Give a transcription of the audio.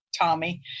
tommy